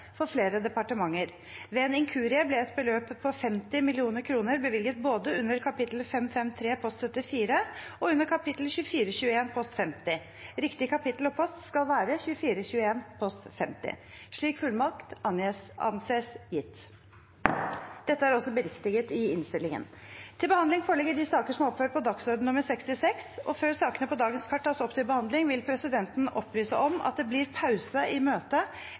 for 2019–2020, om endringer i statsbudsjettet 2020 for flere departementer. Ved en inkurie ble et beløp på 50 mill. kr bevilget både under kap. 553, post 74 og under kap. 2421, post 50. Det riktige skal være kap. 2421, post 50. – Slik fullmakt anses gitt. Innstillingen endres i tråd med dette. Før sakene på dagens kart tas opp til behandling, vil presidenten opplyse om at det blir pause i møtet